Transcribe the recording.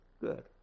Good